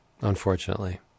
unfortunately